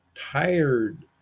tired